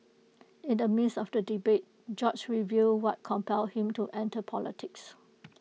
in the midst of the debate George revealed what compelled him to enter politics